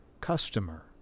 customer